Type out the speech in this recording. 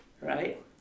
Right